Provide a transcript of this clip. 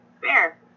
Fair